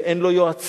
ואין לו יועצים,